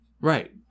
Right